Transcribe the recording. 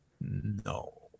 no